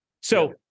So-